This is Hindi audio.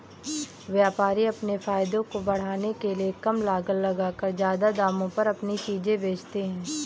व्यापारी अपने फायदे को बढ़ाने के लिए कम लागत लगाकर ज्यादा दामों पर अपनी चीजें बेचते है